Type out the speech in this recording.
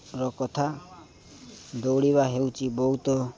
ର କଥା ଦୌଡ଼ିବା ହେଉଛି ବହୁତ